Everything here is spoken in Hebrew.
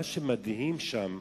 מה שמדהים שם,